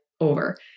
over